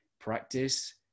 Practice